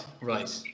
right